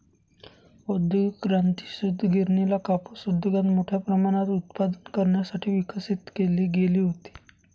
औद्योगिक क्रांती, सूतगिरणीला कापूस उद्योगात मोठ्या प्रमाणात उत्पादन करण्यासाठी विकसित केली गेली होती